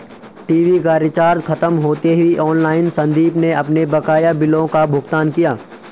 TV का recharge खत्म होते ही ऑनलाइन संदीप ने अपने बकाया बिलों का भुगतान किया